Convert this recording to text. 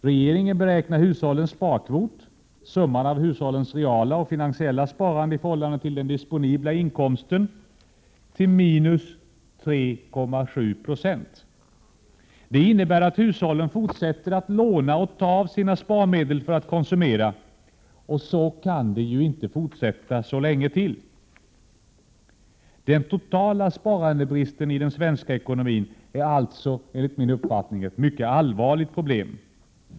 Regeringen beräknar hushållens sparkvot — summan av hushållens reala och finansiella sparande i förhållande till den disponibla inkomsten — till minus 3,7 Jo. Det innebär att hushållen fortsätter att låna och att ta av sina sparmedel för att konsumera. Så kan det ju inte fortsätta så länge till. Den totala sparandebristen i den svenska ekonomin är enligt min mening alltså ett mycket allvarligt problem.